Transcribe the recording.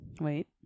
Wait